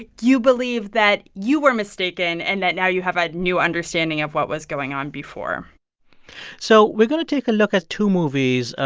ah you believe that you were mistaken and that now you have a new understanding of what was going on before so we're going to take a look at two movies,